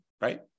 Right